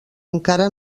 encara